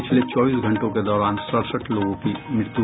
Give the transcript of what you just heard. पिछले चौबीसी घंटों के दौरान सड़सठ लोगों की मृत्यु